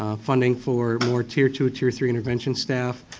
ah hunting for more tier two, tier three intervention staff.